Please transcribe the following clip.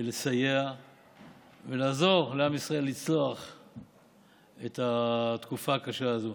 ולסייע ולעזור לעם ישראל לצלוח את התקופה הקשה הזו.